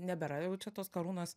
nebėra jau čia tos karūnos